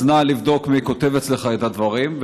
אז נא לבדוק מי כותב אצלך את הדברים.